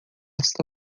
está